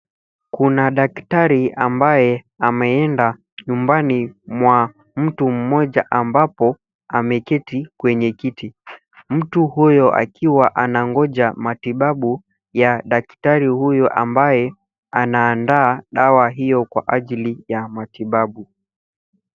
Kuna daktari ambaye ameenda nyumbani mwa mtu mmoja ambapo ameketi kwenye kiti. Mtu huyo akiwa anangoja matibabu ya daktari huyo ,ambaye anaandaa dawa hiyo kwa ajili ya matibabu.